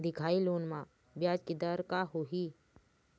दिखाही लोन म ब्याज के दर का होही?